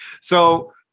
So-